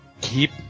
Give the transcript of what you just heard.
keep